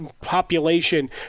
population